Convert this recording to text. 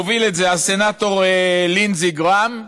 מוביל את זה הסנטור לינדזי גראהם.